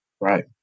Right